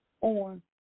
on